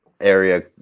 area